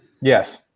Yes